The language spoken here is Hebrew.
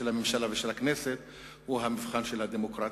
של הממשלה ושל הכנסת הוא המבחן של הדמוקרטיה.